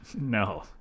No